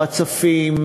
רצפים,